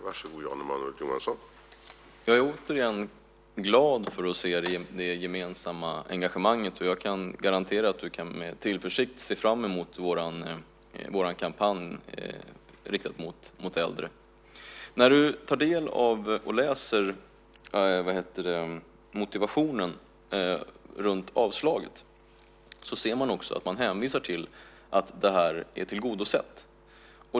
Herr talman! Jag är återigen glad att se det gemensamma engagemanget. Jag kan garantera att du med tillförsikt kan se fram emot vår kampanj riktad mot äldre. När du läser motivationen runt avslaget ser du att man hänvisar till att det här är tillgodosett.